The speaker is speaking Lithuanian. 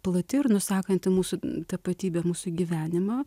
plati ir nusakanti mūsų tapatybę mūsų gyvenimą